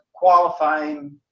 Qualifying